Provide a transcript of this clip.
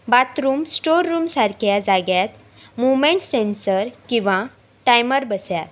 bathroom storeroom सारक्या जाग्यात movement sensor किंवां टायमर बसयात